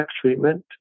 treatment